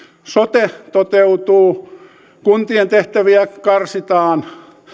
sote toteutuu kuntien tehtäviä karsitaan